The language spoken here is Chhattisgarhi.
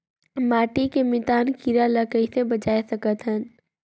माटी के मितान कीरा ल कइसे बचाय सकत हन?